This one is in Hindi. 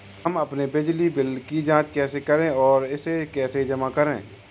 हम अपने बिजली बिल की जाँच कैसे और इसे कैसे जमा करें?